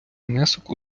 внесок